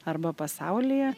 arba pasaulyje